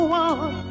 one